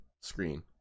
screen